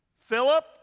Philip